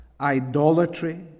idolatry